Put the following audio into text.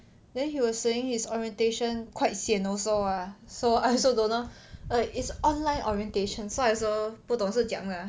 then he was saying his orientation quite sian also ah so I also don't know like it's online orientation so I also 不懂是怎样的 ah